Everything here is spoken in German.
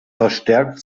verstärkt